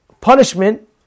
punishment